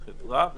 בחברה,